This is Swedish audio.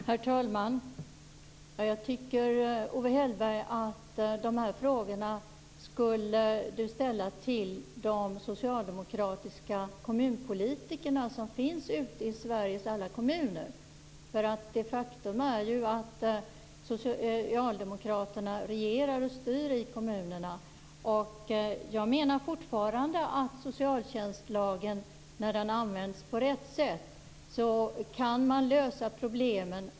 Herr talman! Jag tycker att Owe Hellberg skulle ställa sina frågor till de socialdemokratiska kommunpolitikerna ute i Sveriges alla kommuner. Faktum är ju att socialdemokraterna styr i kommunerna. Jag vidhåller att socialtjänstlagen när den används på rätt sätt gör det möjligt att lösa problemen.